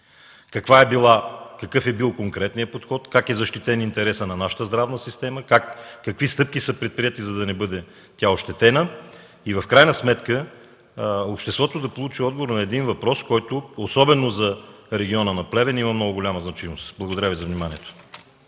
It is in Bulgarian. какъв е бил конкретният подход, как е защитен интересът на нашата здравна система, какви стъпки са предприети, за да не бъде тя ощетена и в крайна сметка обществото да получи отговор на един въпрос, който особено за региона на Плевен има много голяма значимост? Благодаря Ви за вниманието.